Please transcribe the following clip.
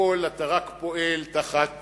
בכול אתה רק פועל תחת